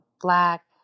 black